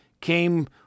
came